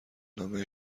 نامه